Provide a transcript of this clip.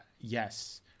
Yes